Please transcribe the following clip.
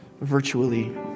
virtually